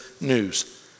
news